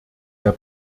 der